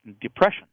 depression